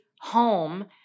home